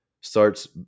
starts